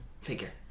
figure